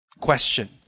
Question